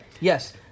Yes